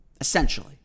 Essentially